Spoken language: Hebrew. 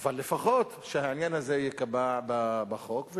אבל לפחות שהעניין הזה ייקבע בחוק.